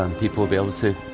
um people will be able to